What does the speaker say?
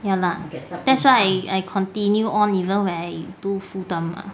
ya lah that's why I continue on even when I do full time ah